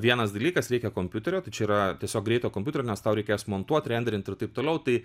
vienas dalykas reikia kompiuterio tai čia yra tiesiog greito kompiuterio nes tau reikės montuot renderint ir taip toliau tai